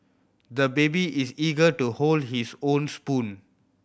the baby is eager to hold his own spoon